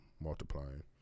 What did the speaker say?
multiplying